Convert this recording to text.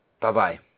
Bye-bye